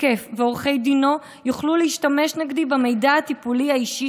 התוקף ועורכי דינו יוכלו להשתמש נגדי במידע הטיפולי האישי